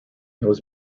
was